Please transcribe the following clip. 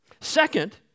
Second